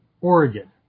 Oregon